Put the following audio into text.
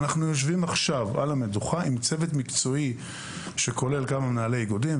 אנחנו יושבים עכשיו על המדוכה עם צוות מקצועי שכולל כמה מנהלי איגודים,